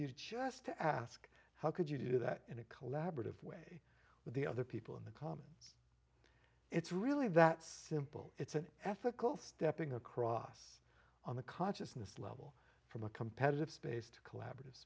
you just to ask how could you do that in a collaborative way with the other people in the commons it's really that simple it's an ethical stepping across on the consciousness level from a competitive space to collaborative